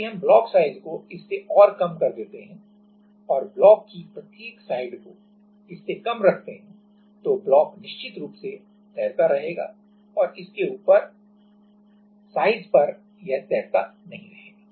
यदि हम block size को इससे और कम कर देते हैं और ब्लॉक की प्रत्येक साइड को इससे कम रखते हैं तो ब्लॉक निश्चित रूप से तैरता रहेगा और इसके ऊपर साइज पर यह तैरता नहीं रहेगा